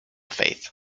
faith